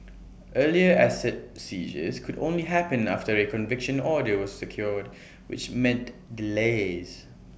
earlier asset seizures could only happen after A conviction order was secured which meant delays